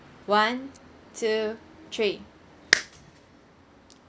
one two three